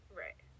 right